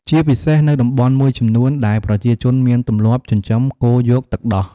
ជាពិសេសនៅតំបន់មួយចំនួនដែលប្រជាជនមានទម្លាប់ចិញ្ចឹមគោយកទឹកដោះ។